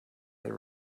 had